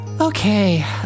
Okay